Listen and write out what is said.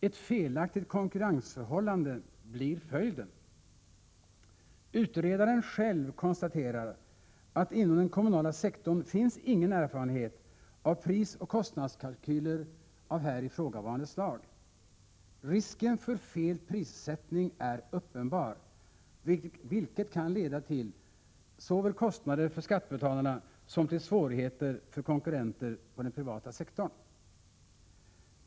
Ett felaktigt konkurrensförhållande blir följden. Utredaren själv konstaterar att det inom den kommunala sektorn inte finns någon erfarenhet av prisoch kostnadskalkyler av här ifrågavarande slag. Risken för fel prissättning är uppenbar, vilket kan leda till såväl kostnader för skattebetalarna som svårigheter för konkurrenter på den privata sektorn.